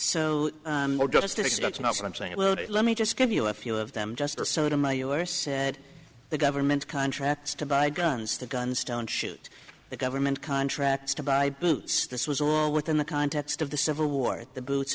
so that's not what i'm saying well let me just give you a few of them justice sotomayor said the government contracts to buy guns the guns don't shoot the government contracts to buy boots this was all within the context of the civil war the boots